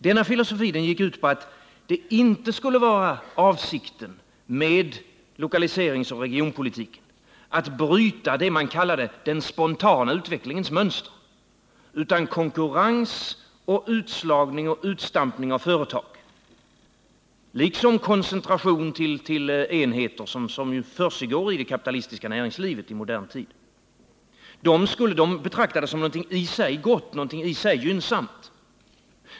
Denna filosofi gick ut på att det inte skulle vara avsikten med lokaliseringsoch regionalpolitiken att bryta det man kallade den spontana utvecklingens mönster, utan konkurrens och utslagning samt utstampning av företag, liksom den koncentration till enheter som försiggår i det kapitalistiska näringslivet i modern tid, betraktades som något i sig gynnsamt.